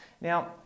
Now